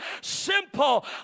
simple